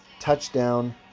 touchdown